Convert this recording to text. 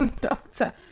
doctor